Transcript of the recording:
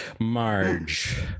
Marge